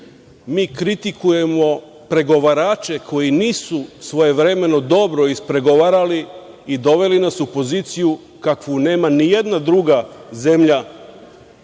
mi kritikujemo pregovarače koji nisu svojevremeno dobro ispregovarali i doveli nas u poziciju kakvu nema nijedna druga zemlja